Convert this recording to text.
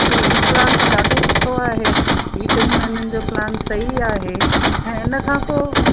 अरे ही प्लान त ॾाढो सुठो आहे ई टिनि महिननि जो प्लान सही आहे ऐं इन खां को